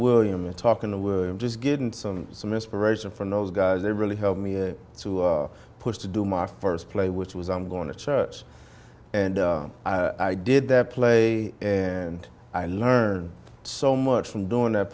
william and talking to him just getting some inspiration from those guys they really helped me to push to do my first play which was i'm going to church and i did that play and i learned so much from doing